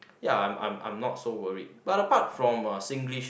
ya I'm I'm I'm not so worried but apart from uh Singlish